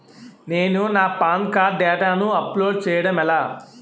నేను నా PAN card డేటాను అప్లోడ్ చేయడం ఎలా?